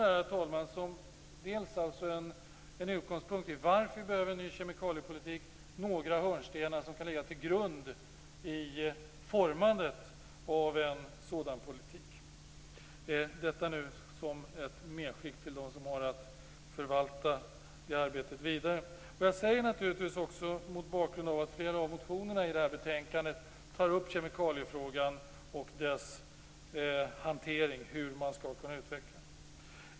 Jag har velat nämna detta som en utgångspunkt till varför vi behöver en ny kemikaliepolitik och samtidigt peka på några hörnstenar som kan ligga till grund för formandet av en sådan politik. Detta som ett medskick till dem som har att förvalta det arbetet vidare. Jag säger det naturligtvis också mot bakgrund av att flera av de motioner som behandlas i det här betänkandet tar upp kemikaliefrågan och hur man skall kunna utveckla hanteringen av den.